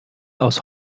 aus